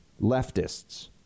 leftists